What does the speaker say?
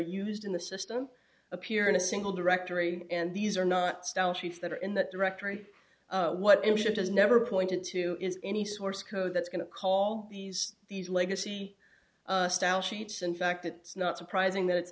used in the system appear in a single directory and these are not style sheets that are in that directory what in ship has never pointed to is any source code that's going to call these these legacy style sheets in fact it's not surprising that it's